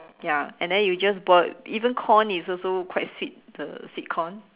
ya and then you just boil even corn is also quite sweet the sweet corn